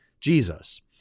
Jesus